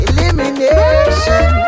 Elimination